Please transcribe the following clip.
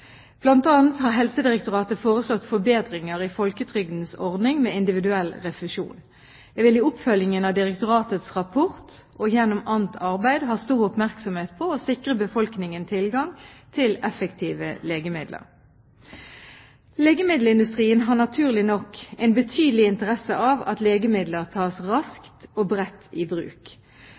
har Helsedirektoratet foreslått forbedringer i folketrygdens ordning med individuell refusjon. Jeg vil i oppfølgingen av direktoratets rapport og gjennom annet arbeid ha stor oppmerksomhet på å sikre befolkningen tilgang til effektive legemidler. Legemiddelindustrien har naturlig nok betydelig interesse av at legemidler tas raskt og bredt i bruk.